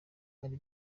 ari